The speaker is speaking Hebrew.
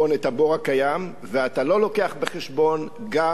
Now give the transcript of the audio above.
ואתה לא מביא בחשבון גם אירועים עתידיים